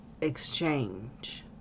exchange